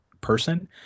person